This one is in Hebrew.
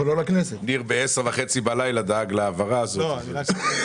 ניר דאג להעברה הזאת אתמול